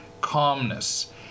calmness